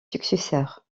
successeurs